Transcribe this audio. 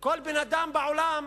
לכל בן-אדם בעולם,